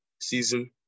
season